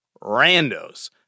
randos